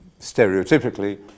stereotypically